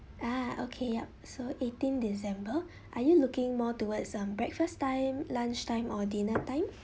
ah okay yup so eighteen december are you looking more towards um breakfast time lunch time or dinner time